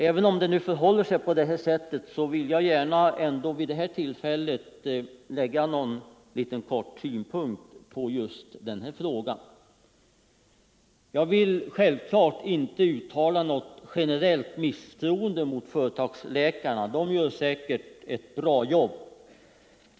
Även om det förhåller sig på det här sättet vill jag gärna vid detta tillfälle anlägga några synpunkter på frågan. Jag vill självfallet inte uttala något generellt misstroende mot företagsläkarna. De gör säkert ett bra jobb.